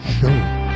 Show